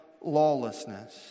lawlessness